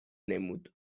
نمود